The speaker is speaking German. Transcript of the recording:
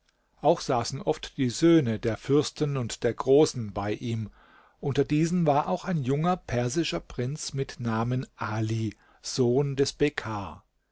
auch saßen oft die söhne der fürsten und der großen bei ihm unter diesen war auch ein junger persischer prinz mit namen ali sohn des bekkar